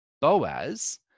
Boaz